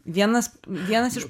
vienas vienas iš